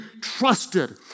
trusted